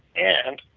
and